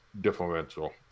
differential